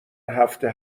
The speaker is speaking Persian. هفته